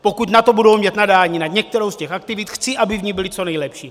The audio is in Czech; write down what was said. Pokud na to budou mít nadání, na některou z těch aktivit, chci, aby v ní byly co nejlepší.